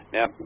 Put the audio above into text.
Now